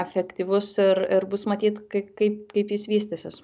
efektyvus ir ir bus matyt kaip kaip kaip jis vystysis